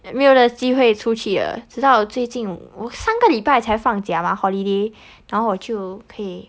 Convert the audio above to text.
没有了机会出去了直到最近我三个礼拜才放假吗 holiday 然后我就可以